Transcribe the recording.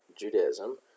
Judaism